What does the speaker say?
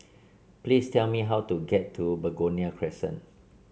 please tell me how to get to Begonia Crescent